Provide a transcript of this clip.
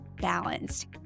balanced